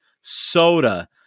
soda